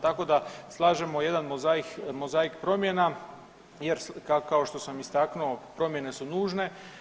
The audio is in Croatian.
Tako da slažemo jedan mozaik promjena jer kao što sam istaknuo promjene su nužne.